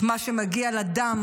את מה שמגיע לדם